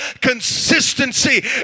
consistency